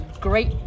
great